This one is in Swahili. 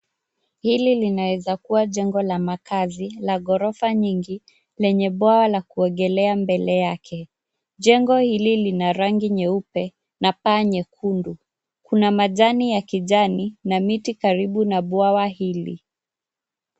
Hili linaweza kuwa jengo la makaazi la ghorofa nyingi lenye bwawa la kuogelea mbele yake. Jengo hili lina rangi nyeupe na paa nyekundu. Kuna majani ya kijani na miti karibu na bwawa hili.